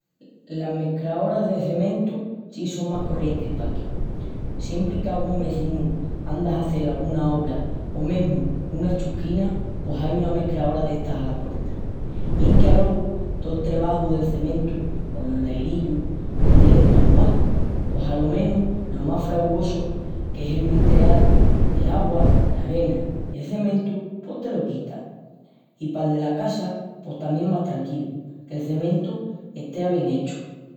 Las mescraoras de cementu si són más corrientis paquí. Siempri qu'angún vezinu anda a hazel anguna obra o mesmu una chusquina pos ai una mescraora d'estas ala puerta. I enque alogu tol trebaju del cementu o los lairillus ponel es manual pos alo menus lo más farragosu, qu'es el mestural l'augua, l'arena i el cementu pos te lo quitas. I pal dela casa pos tamién más tranquilu qu'el cementu estea bien hechu.